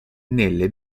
nelle